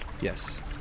Yes